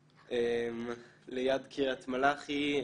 מנחם, ליד קריית מלאכי.